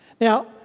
Now